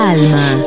Alma